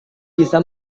bisa